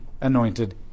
anointed